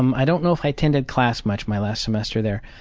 um i don't know if i attended class much my last semester there,